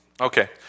Okay